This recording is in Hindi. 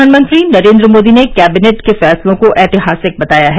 प्रधानमंत्री नरेन्द्र मोदी ने कैबिनेट के फैसलों को ऐतिहासिक बताया है